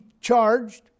charged